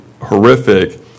horrific